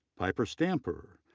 piper stamper,